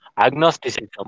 Agnosticism